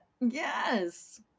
Yes